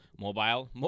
mobile